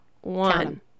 One